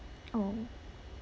oh